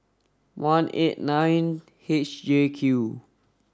one eight nine H J Q